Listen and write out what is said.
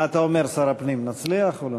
מה אתה אומר, שר הפנים, נצליח או לא?